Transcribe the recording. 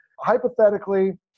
hypothetically